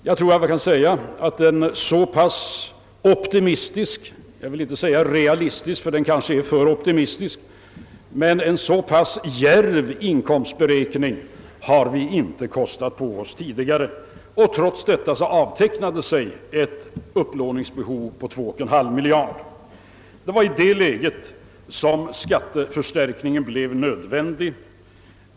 Jag tror att man kan säga att en så pass optimistisk — jag vill inte säga realistisk, ty den är kanske för optimistisk, men en så pass djärv — inkomstberäkning har vi inte kostat på oss tidigare, och trots detta avtecknade sig då ett upplåningsbehov på 2,5 miljarder. Det var i det läget som skatteförstärkningen blev nödvändig.